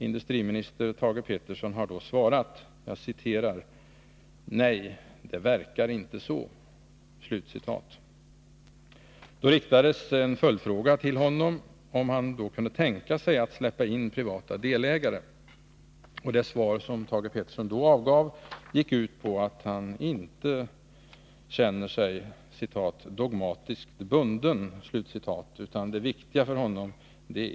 Industriministern Thage Peterson har då svarat: ”Nej, det verkar inte så.” Då riktades en följdfråga till honom om han kunde tänka sig att släppa in privata delägare. Det svar som Thage Peterson då avgav gick ut på att han inte kände sig ”dogmatiskt bunden” utan att det viktiga för honom var att.